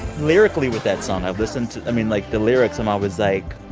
lyrically with that song, i've listened to i mean, like, the lyrics i'm always like,